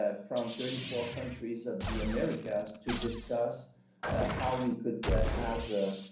ah from thirty four countries of the americas to discuss how we could have